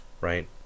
right